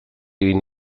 egin